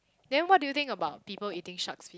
then what do you think about people eating sharks